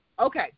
Okay